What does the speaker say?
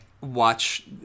watch